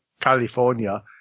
California